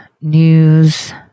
news